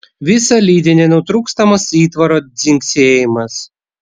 visa lydi nenutrūkstamas įtvaro dzingsėjimas